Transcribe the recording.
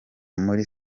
muri